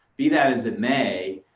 be that as it may,